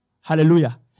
Hallelujah